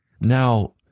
Now